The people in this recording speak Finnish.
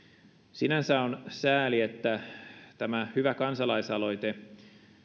sinänsä on sääli että tämä hyvä kansalaisaloite